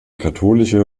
katholische